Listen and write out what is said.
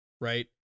right